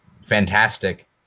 fantastic